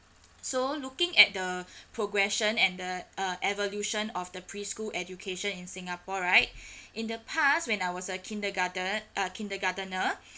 so looking at the progression and the uh evolution of the preschool education in singapore right in the past when I was a kindergarten a kindergartener